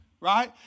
right